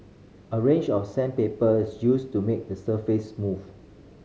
a range of sandpaper is used to make the surface smooth